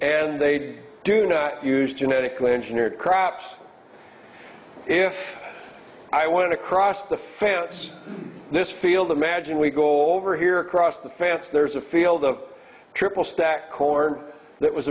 and they do not use genetically engineered crops if i want to cross the fence this field imagine we go over here across the fence there's a field of triple stacked corn that was